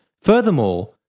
Furthermore